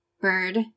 bird